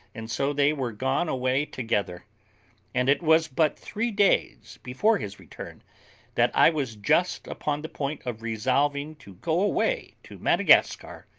and so they were gone away together and it was but three days before his return that i was just upon the point of resolving to go away to madagascar,